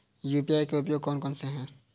UPI के उपयोग कौन कौन से हैं?